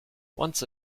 once